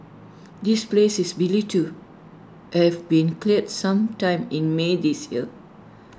this place is believed to have been cleared some time in may this year